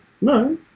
No